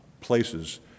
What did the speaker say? places